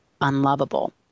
unlovable